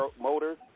motors